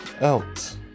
out